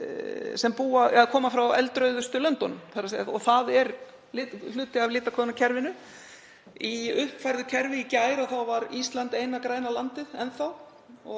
sem koma frá eldrauðustu löndum. Það er hluti af litakóðunarkerfinu. Í uppfærðu kerfi í gær var Ísland eina græna landið enn þá